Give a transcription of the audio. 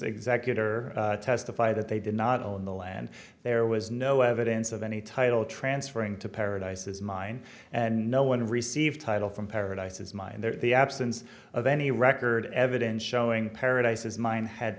executor testify that they did not own the land there was no evidence of any title transferring to paradise is mine and no one received title from paradise as mine there is the absence of any record evidence showing paradises mine had